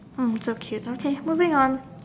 mm so cute okay moving on